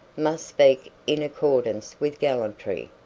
must speak in accordance with gallantry.